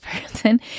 person